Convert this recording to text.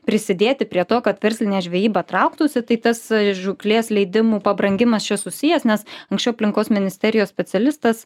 prisidėti prie to kad verslinė žvejyba trauktųsi tai tas žūklės leidimų pabrangimas čia susijęs nes anksčiau aplinkos ministerijos specialistas